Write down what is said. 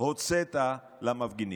הוצאת למפגינים?